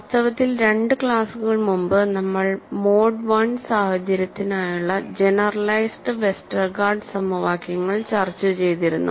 വാസ്തവത്തിൽ രണ്ട് ക്ലാസുകൾ മുമ്പ് നമ്മൾ മോഡ് I സാഹചര്യത്തിനായുള്ള ജനറലൈസ്ഡ് വെസ്റ്റർഗാർഡ് സമവാക്യങ്ങൾ ചർച്ച ചെയ്തിരുന്നു